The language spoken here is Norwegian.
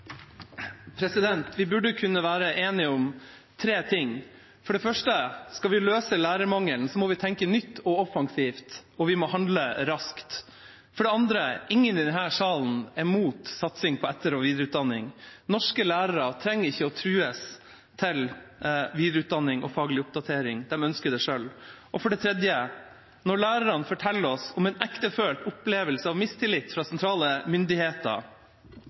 læreryrket. Vi burde kunne være enige om tre ting. For det første: Skal vi løse lærermangelen, må vi tenke nytt og offensivt, og vi må handle raskt. For det andre: Ingen i denne salen er mot satsing på etter- og videreutdanning – norske lærere trenger ikke å trues til videreutdanning og faglig oppdatering, de ønsker det selv. For det tredje: Når lærerne forteller oss om en ektefølt opplevelse av mistillit fra sentrale myndigheter,